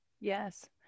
yes